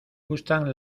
gustan